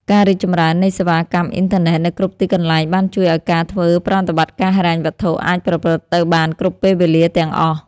ការរីកចម្រើននៃសេវាកម្មអ៊ីនធឺណិតនៅគ្រប់ទីកន្លែងបានជួយឱ្យការធ្វើប្រតិបត្តិការហិរញ្ញវត្ថុអាចប្រព្រឹត្តទៅបានគ្រប់ពេលវេលាទាំងអស់។